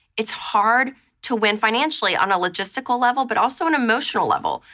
it's hard to win financially on a logistical level, but also an emotional level.